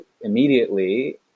immediately